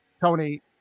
Tony